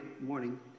morning